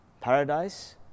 paradise